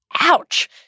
Ouch